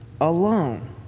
alone